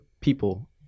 people